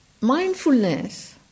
mindfulness